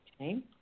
Okay